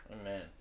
Amen